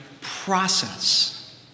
process